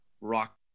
rock